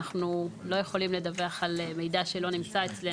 אנחנו לא יכולים לדווח על מידע שלא נמצא אצלנו.